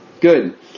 Good